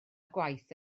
gwaith